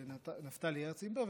ששם גם יש את החדר של נפתלי הרץ אימבר,